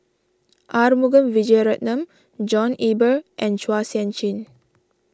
Arumugam Vijiaratnam John Eber and Chua Sian Chin